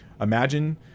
imagine